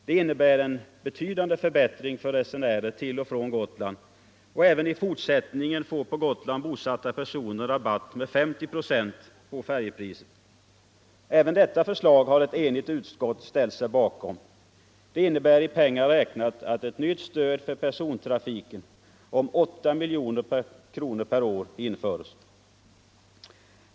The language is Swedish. Det innebär en betydande förbättring för resenärer till och från Gotland, och även i fortsättningen får på Gotland bosatta personer rabatt med 50 procent på färjepriset. Även detta förslag har ett enigt utskott ställt sig bakom. Det innebär i pengar räknat att ett nytt stöd för persontrafiken om 8 miljoner kronor per år införs.